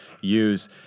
use